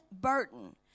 Burton